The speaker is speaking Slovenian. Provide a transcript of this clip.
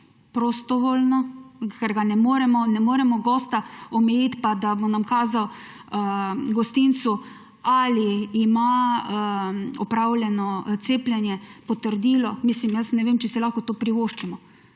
Prostovoljno. Ker ne moremo gosta omejiti, da bo kazal gostincu, ali ima opravljeno cepljenje, potrdilo. Mislim, jaz ne vem, če si lahko to privoščimo,